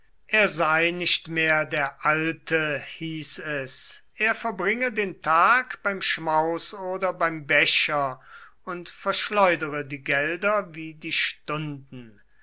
er sei nicht mehr der alte hieß es er verbringe der tag beim schmaus oder beim becher und verschleudere die gelder wie die stunden